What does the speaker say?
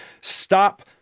stop